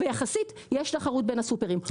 ויחסית יש תחרות בין הסופרים,